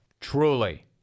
Truly